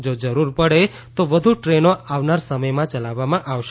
જો જરૂરપડે તો વધુ ટ્રેનો આવનાર સમયમાં ચલાવવામાં આવશે